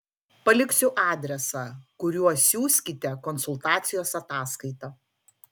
paliksiu adresą kuriuo siųskite konsultacijos ataskaitą